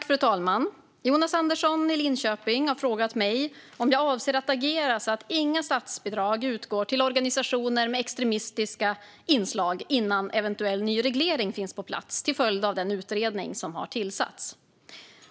Fru talman! Jonas Andersson i Linköping har frågat mig om jag avser att agera så att inga statsbidrag utgår till organisationer med extremistiska inslag innan eventuell ny reglering finns på plats till följd av den utredning som har tillsatts.